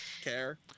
care